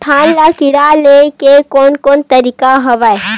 धान ल कीड़ा ले के कोन कोन तरीका हवय?